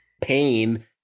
pain